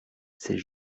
c’est